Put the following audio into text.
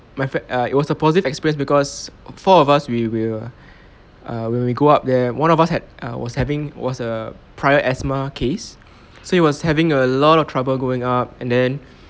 my fr~ it was a positive experience because four of us we we were when we go up there one of us had (uh was having was a prior asthma case so he was having a lot of trouble going up and then